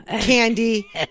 Candy